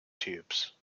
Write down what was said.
tubes